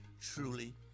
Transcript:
truly